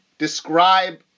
Describe